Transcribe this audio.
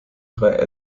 drei